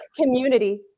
community